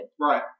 Right